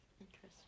Interesting